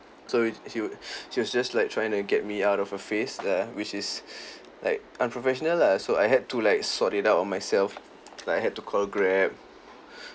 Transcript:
so she was she was just like trying to get me out of her face ah which is like unprofessional lah so I had to like sort it out on myself like I had to call grab